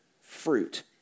fruit